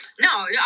No